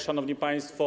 Szanowni Państwo!